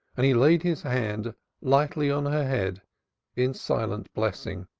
and he laid his hand lightly on her head in silent blessing,